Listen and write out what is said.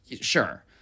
sure